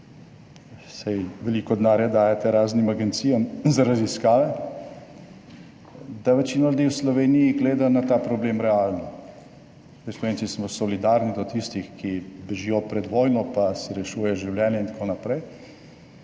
saj veliko denarja dajete raznim agencijam za raziskave, da večina ljudi v Sloveniji gleda na ta problem realno. Zdaj, Slovenci smo solidarni do tistih, ki bežijo pred vojno, pa si rešujejo življenja, itn.